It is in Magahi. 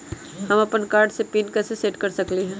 हम अपन कार्ड के पिन कैसे सेट कर सकली ह?